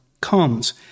comes